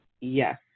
yes